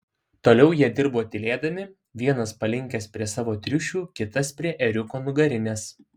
toliau jie dirbo tylėdami vienas palinkęs prie savo triušių kitas prie ėriuko nugarinės